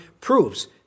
proves